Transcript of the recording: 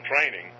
training